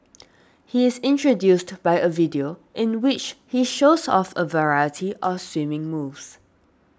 he is introduced by a video in which he shows off a variety of swimming moves